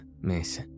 miss